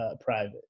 private